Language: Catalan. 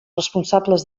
responsables